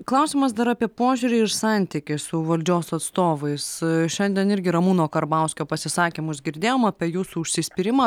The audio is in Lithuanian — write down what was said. klausimas dar apie požiūrį ir santykį su valdžios atstovais šiandien irgi ramūno karbauskio pasisakymus girdėjom apie jūsų užsispyrimą